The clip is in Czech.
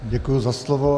Děkuji za slovo.